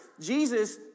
Jesus